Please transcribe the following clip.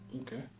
Okay